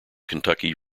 kentucky